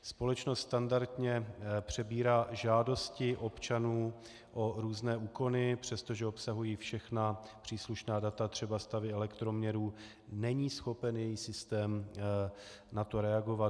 Společnost standardně přebírá žádosti občanů o různé úkony, a přestože obsahují všechna příslušná data, třeba stavy elektroměrů, není schopna její systém na to reagovat.